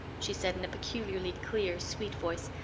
she said in a peculiarly clear, sweet voice.